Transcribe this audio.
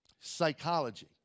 Psychology